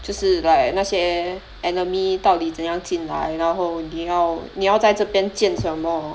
就是 like 那些 enemy 到底怎样进来然后你要你要在这边建什么